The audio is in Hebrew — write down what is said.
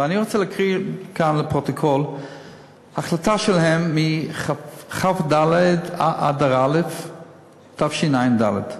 ואני רוצה להקריא כאן לפרוטוקול החלטה שלהם מכ"ד באדר א' תשע"ד.